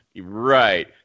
Right